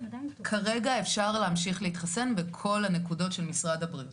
כרגע אפשר להמשיך להתחסן בכל הנקודות של משרד הבריאות.